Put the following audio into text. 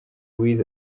louis